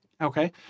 Okay